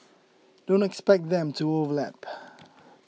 don't expect them to overlap